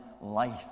life